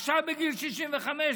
עכשיו בגיל 65,